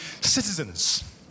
citizens